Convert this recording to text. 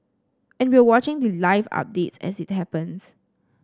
and we're watching the live updates as it happens